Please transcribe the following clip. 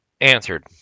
answered